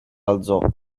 alzò